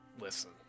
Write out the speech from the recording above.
Listen